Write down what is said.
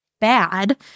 bad